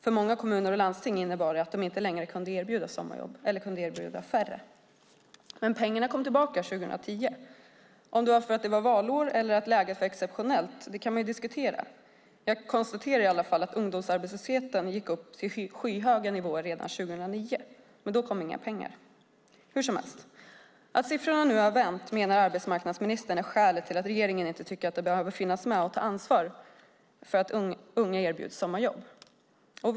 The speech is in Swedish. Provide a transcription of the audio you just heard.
För många kommuner och landsting innebar det att de inte längre kunde erbjuda sommarjobb eller att de kunde erbjuda färre sommarjobb. Men pengarna kom tillbaka 2010. Om det var för att det var valår eller för att läget var exceptionellt kan man diskutera. Jag konstaterar i alla fall att ungdomsarbetslösheten gick upp till skyhöga nivåer redan 2009. Men då kom det inga pengar. Hur som helst menar arbetsmarknadsministern att skälet till att regeringen inte tycker att man behöver finnas med och ta ansvar för att unga erbjuds sommarjobb är att siffrorna nu har vänt.